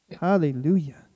Hallelujah